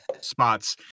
spots